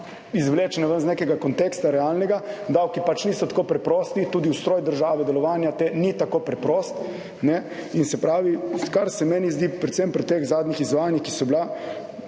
izvlečene ven iz nekega konteksta realnega. Davki pač niso tako preprosti, tudi ustroj države, delovanja te ni tako preprost. In se pravi, kar se meni zdi predvsem pri teh zadnjih izvajanjih, ki so bila